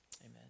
Amen